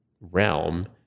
realm